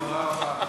מי ממשלת זדון?